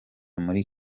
muri